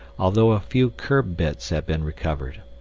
although a few curb bits have been recovered.